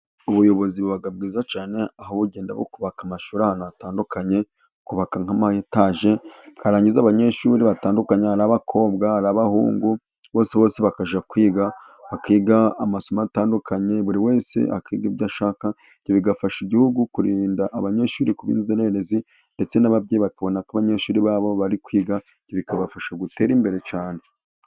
Ubuyobozi buba bwiza cyane, aho bugenda bukubaka amashuri ahantu hatandukanye, bukubaka nk'amayetaje bwarangiza abanyeshuri batandukanye ari abakobwa ari abahungu, bose bose bakajya kwiga bakiga amasomo atandukanye buri wese akiga ibyo ashaka, ibyo bigafasha igihugu kurinda abanyeshuri kuba inzererezi, ndetse n'ababyeyi bakabona ko abanyeshuri babo bari kwiga ibyo bikabafasha gutera imbere cyane.